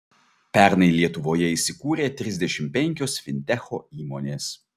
pernai lietuvoje įsikūrė trisdešimt penkios fintecho įmonės